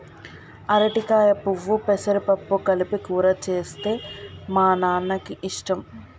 అరటికాయ పువ్వు పెసరపప్పు కలిపి కూర చేస్తే మా నాన్నకి ఇష్టం